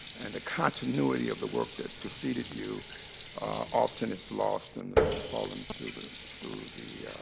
and the continuity of the work that preceded you often is lost and has fallen through the through the